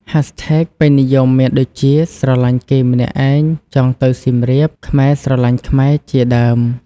Hashtags ពេញនិយមមានដូចជា # ស្រឡាញ់គេម្នាក់ឯង #ចង់ទៅសៀមរាប #ខ្មែរស្រឡាញ់ខ្មែរ ជាដើម។